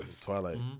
Twilight